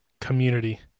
community